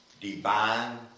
divine